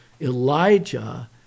Elijah